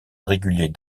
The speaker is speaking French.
régulier